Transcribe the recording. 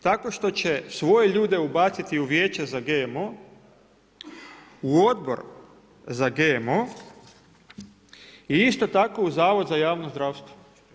Tako što će svoje ljude ubaciti u vijeće za GMO, u odbor za GMO i isto tako u Zavod za javno zdravstvo.